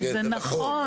זה נכון.